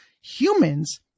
Humans